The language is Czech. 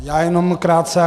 Já jenom krátce.